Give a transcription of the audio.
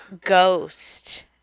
Ghost